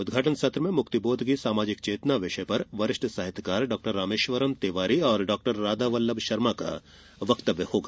उदघाटन सत्र में मुक्तिबोध की सामाजिक चेतना विषय पर वरिष्ठ साहित्यकार डॉ रामेश्वरम ़तिवारी और डॉ राधावल्लभ शर्मा का वक्तव्य होगा